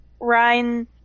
Ryan